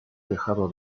tejado